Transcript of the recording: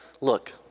look